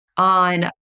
on